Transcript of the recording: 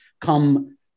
come